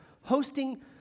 hosting